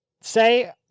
say